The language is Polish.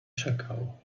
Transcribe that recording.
czekał